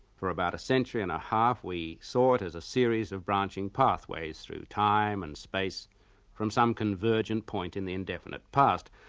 for about a century and a half we saw it as a series of branching pathways through time and space from some convergent point in the indefinite past.